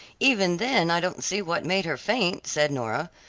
even then i don't see what made her faint, said nora,